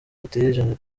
bateye